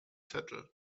zettel